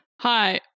Hi